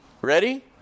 ready